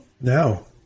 No